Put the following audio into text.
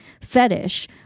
fetish